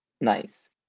Nice